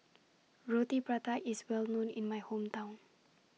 Roti Prata IS Well known in My Hometown